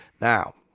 now